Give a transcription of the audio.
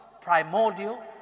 primordial